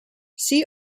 see